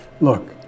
Look